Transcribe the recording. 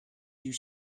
you